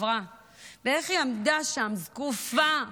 ואיך היא עמדה שם, זקופה,